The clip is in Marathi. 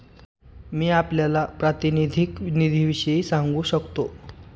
मी आपल्याला प्रातिनिधिक निधीविषयी सांगू शकतो